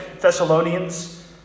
Thessalonians